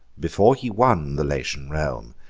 before he won the latian realm,